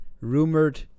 rumored